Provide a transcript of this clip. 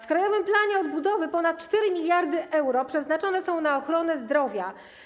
W krajowym planie odbudowy ponad 4 mld euro przeznaczone są na ochronę zdrowia.